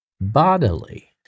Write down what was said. bodily